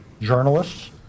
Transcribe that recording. journalists